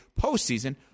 postseason